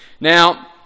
Now